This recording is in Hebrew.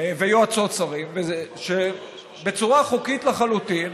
ויועצות שרים שבצורה חוקית לחלוטין